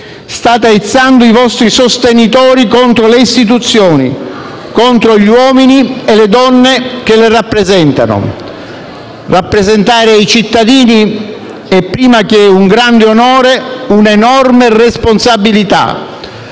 state aizzando i vostri sostenitori contro le istituzioni, contro gli uomini e le donne che le rappresentano. Rappresentare i cittadini è, prima che un grande onore, un'enorme responsabilità;